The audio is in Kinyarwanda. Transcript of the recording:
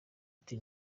ati